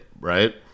right